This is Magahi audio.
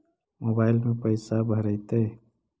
मोबाईल में पैसा भरैतैय?